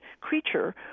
creature